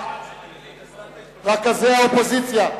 רכזי האופוזיציה,